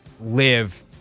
live